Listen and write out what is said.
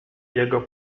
jego